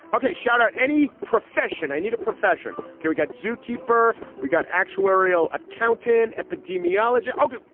ok. shout out any profession. i need a profession. here we got zookeeper we got actuarial account in epidemiology. oh good.